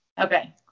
Okay